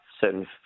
certain